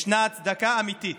יש הצדקה אמיתית